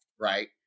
right